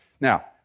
Now